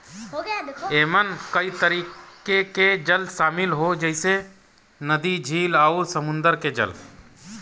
एमन कई तरह के जल शामिल हौ जइसे नदी, झील आउर समुंदर के जल